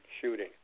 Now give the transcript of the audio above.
shooting